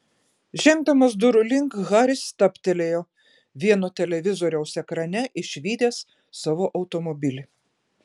žengdamas durų link haris stabtelėjo vieno televizoriaus ekrane išvydęs savo automobilį